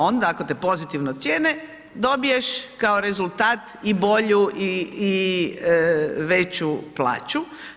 Onda ako te pozitivno ocijene dobiješ kao rezultat i bolju i veću plaću.